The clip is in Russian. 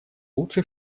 лучше